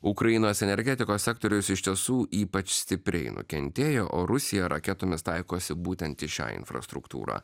ukrainos energetikos sektorius iš tiesų ypač stipriai nukentėjo o rusija raketomis taikosi būtent į šią infrastruktūrą